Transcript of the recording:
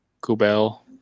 kubel